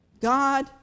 God